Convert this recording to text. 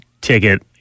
ticket